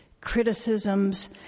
criticisms